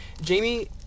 Jamie